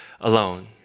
alone